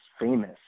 famous